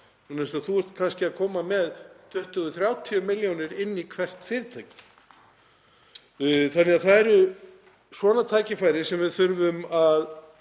Þú ert þá kannski að koma með 20–30 milljónir inn í hvert fyrirtæki. Það eru svona tækifæri sem við þurfum að